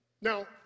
Now